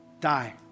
die